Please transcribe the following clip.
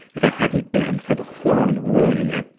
if it hadn't been for the horn ruining it,